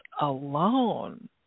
alone